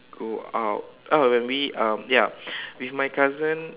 go out uh when we um ya with my cousin